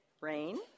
rain